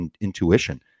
intuition